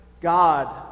God